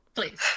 Please